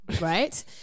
Right